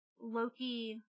Loki